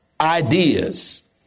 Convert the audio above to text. ideas